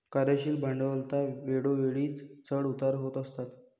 कार्यशील भांडवलात वेळोवेळी चढ उतार होत असतात